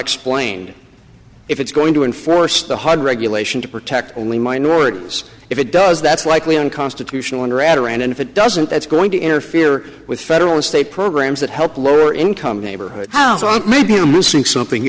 explained if it's going to enforce the hard regulation to protect only minorities if it does that's likely unconstitutional and rather and if it doesn't that's going to interfere with federal and state programs that help lower income neighborhood maybe i'm missing something